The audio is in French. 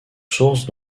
sources